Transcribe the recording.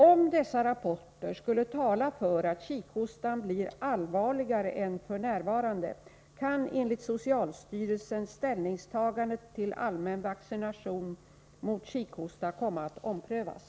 Om dessa rapporter skulle tala för att kikhostan blir allvarligare än f.n., kan enligt socialstyrelsen ställningstagandet till allmän vaccination mot kikhosta komma att omprövas.